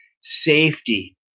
safety